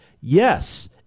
yes